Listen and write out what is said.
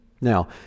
Now